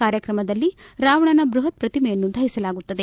ಕಾರ್ಯಕ್ರಮದಲ್ಲಿ ರಾವಣನ ಬೃಹತ್ ಪ್ರತಿಮೆಯನ್ನು ದಹಿಸಲಾಗುತ್ತದೆ